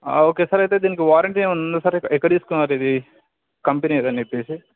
okay sir అయితే దీనికి warranty ఏమన్న ఉంది సార్ ఎక్కడ తీసుకున్నారు ఇది కంపెనీ ఏదని చెప్పి